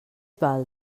val